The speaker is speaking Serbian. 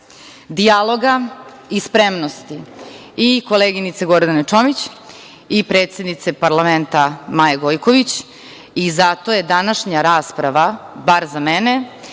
dijaloga i spremnosti i koleginice Gordana Čomić i predsednice parlamenta Maje Gojković. Zato je današnja rasprava, bar za mene,